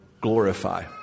glorify